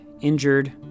injured